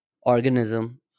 organism